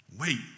Wait